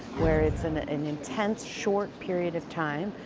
where it's an an intense, short period of time,